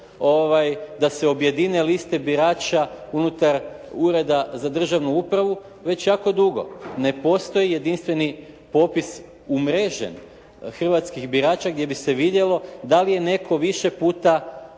da se objedine liste birača unutar ureda za državnu upravu već jako dugo. Ne postoji jedinstveni popis umrežen hrvatskih birača gdje bi se vidjelo da li je netko više puta